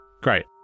great